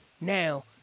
Now